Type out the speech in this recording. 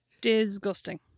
Disgusting